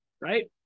right